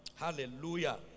Hallelujah